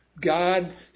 God